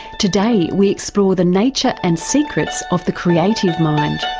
today we explore the nature and secrets of the creative mind.